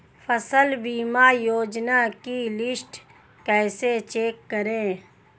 फसल बीमा योजना की लिस्ट कैसे चेक करें?